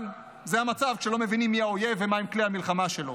אבל זה המצב כשלא מבינים מי האויב ומהם כלי המלחמה שלו.